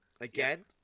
Again